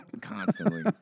Constantly